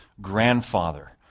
grandfather